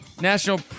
National